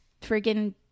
friggin